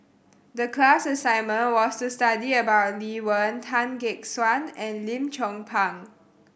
the class assignment was to study about Lee Wen Tan Gek Suan and Lim Chong Pang